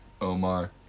Omar